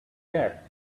that